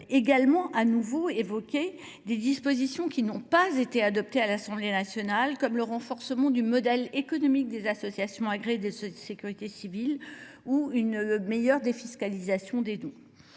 faudra de nouveau évoquer des dispositions qui n’ont pas été adoptées à l’Assemblée nationale, comme le renforcement du modèle économique des associations agréées de sécurité civile ou une meilleure défiscalisation des dons.